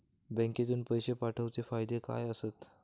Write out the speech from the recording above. बँकेतून पैशे पाठवूचे फायदे काय असतत?